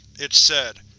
it said,